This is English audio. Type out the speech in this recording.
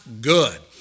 good